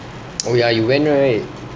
oh ya you went right